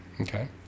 Okay